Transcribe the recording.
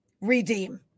redeem